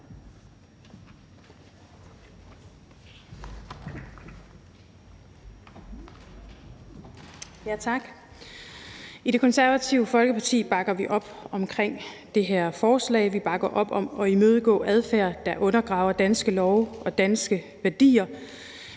Tak. I Det Konservative Folkeparti bakker vi op om det her forslag. Vi bakker op om at imødegå adfærd, der undergraver danske love og danske værdier.